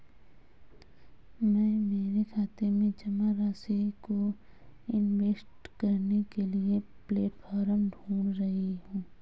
मैं मेरे खाते में जमा राशि को इन्वेस्ट करने के लिए प्लेटफॉर्म ढूंढ रही हूँ